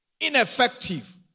ineffective